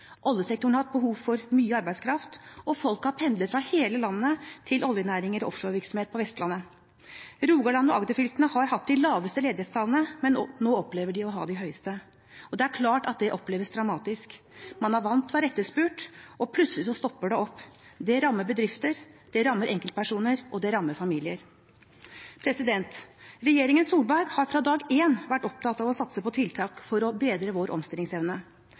Oljesektoren har hatt behov for mye arbeidskraft, og folk har pendlet fra hele landet til oljenæringer og offshorevirksomhet på Vestlandet. Rogaland og Agder-fylkene har hatt de laveste ledighetstallene, men nå opplever de å ha de høyeste, og det er klart at det oppleves dramatisk. Man er vant til å være etterspurt, og plutselig stopper det opp. Det rammer bedrifter, det rammer enkeltpersoner, og det rammer familier. Regjeringen Solberg har fra dag én vært opptatt av å satse på tiltak for å bedre vår omstillingsevne.